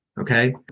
Okay